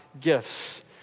gifts